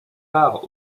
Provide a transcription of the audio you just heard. part